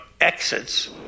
exits